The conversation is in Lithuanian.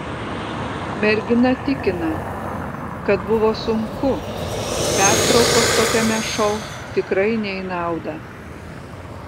mergina tikina kad buvo sunku pertraukos tokiame šou tikrai ne į naudą